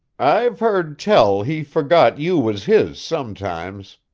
i've heard tell he forgot you was his, sometimes.